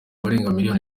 miliyoni